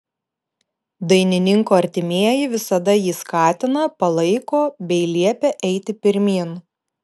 dainininko artimieji visada jį skatina palaiko bei liepia eiti pirmyn